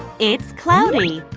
it's cloudy.